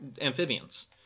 amphibians